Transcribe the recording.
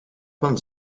van